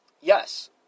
Yes